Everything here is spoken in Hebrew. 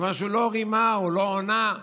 מכיוון שהוא לא רימה ולא הונה,